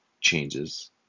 changes